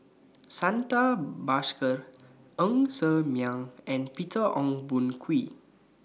Santha Bhaskar Ng Ser Miang and Peter Ong Boon Kwee